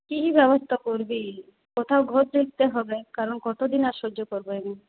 কি কি ব্যবস্থা করবি কোথাও ঘর দেখতে হবে কারণ কত দিন আর সহ্য করবো এমন